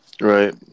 Right